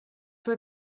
were